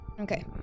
Okay